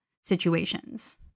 situations